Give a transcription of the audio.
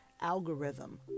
algorithm